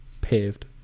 paved